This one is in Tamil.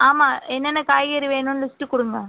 ஆமாம் என்னென்ன காய்கறி வேணுன்னு லிஸ்ட் கொடுங்க